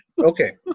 Okay